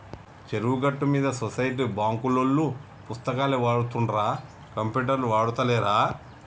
చెరువు గట్టు మీద సొసైటీ బాంకులోల్లు పుస్తకాలే వాడుతుండ్ర కంప్యూటర్లు ఆడుతాలేరా